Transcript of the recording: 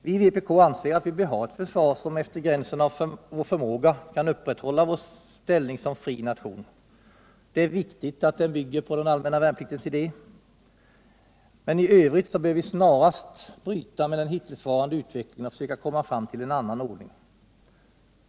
Vii vpk anser att vi bör ha ett försvar som efter gränsen av vår förmåga kan Försvarspolitiken, upprätthålla vår ställning som fri nation. Det är viktigt att det bygger på den allmänna värnpliktens idé, men i övrigt bör vi snarast bryta med den hittillsvarande utvecklingen och försöka komma fram till en annan ordning.